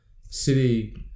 City